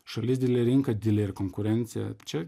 šalis didelė rinka didelė ir konkurencija čia